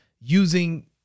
Using